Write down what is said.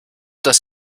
das